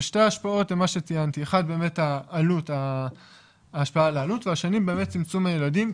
ושתי ההשפעות הם מה שציינתי: ההשפעה על העלות והשני צמצום הילדים,